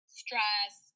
stress